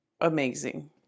amazing